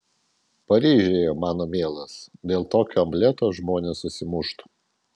paryžiuje mano mielas dėl tokio omleto žmonės susimuštų